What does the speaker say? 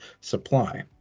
supply